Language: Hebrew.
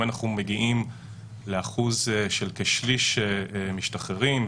אם אנחנו מגיעים לאחוז של כשליש משתחררים,